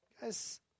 Guys